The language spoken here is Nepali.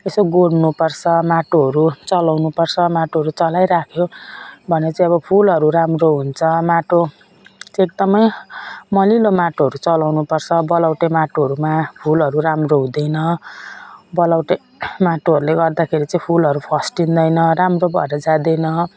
यसो गोड्नु पर्छ माटोहरू चलाउनु पर्छ माटोहरू चलाइराख्यो भने चाहिँ अब फुलहरू राम्रो हुन्छ माटो चाहिँ एकदम मलिलो माटोहरू चलाउनु पर्छ बलौटे माटोहरूमा फुलहरू राम्रो हुँदैन बलौटे माटोहरूले गर्दाखेरि चाहिँ फुलहरू फस्टिँदैन राम्रो भएर जाँदैन